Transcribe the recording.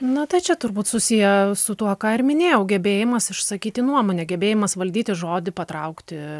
na tai čia turbūt susiję su tuo ką ir minėjau gebėjimas išsakyti nuomonę gebėjimas valdyti žodį patraukti